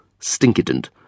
stinkident